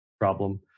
problem